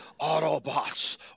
Autobots